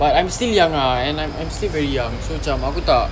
but I'm still young ah and I I'm still very young so cam aku tak